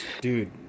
dude